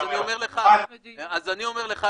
שאפשר לנקוט בהם --- אז אני אומר לך,